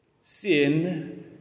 Sin